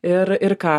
ir ir ką